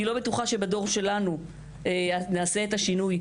אני לא בטוחה שבדור שלנו נעשה את השינוי,